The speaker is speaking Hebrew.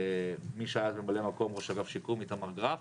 ממי שהיה ממלא מקום ראש אגף שיקום, איתמר גרף